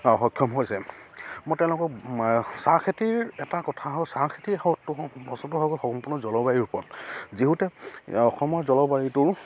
সক্ষম হৈছে মই তেওঁলোকক চাহ খেতিৰ এটা কথা হ'ল চাহ খেতিৰ বস্তুটো হ'ল সম্পূৰ্ণ জলবায়ুৰ ওপৰত যিহেতু অসমৰ জলবায়ুটো